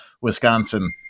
Wisconsin